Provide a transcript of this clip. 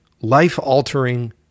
life-altering